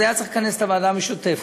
היה צריך לכנס את הוועדה המשותפת,